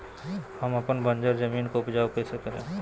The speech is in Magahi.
हम अपन बंजर जमीन को उपजाउ कैसे करे?